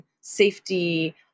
safety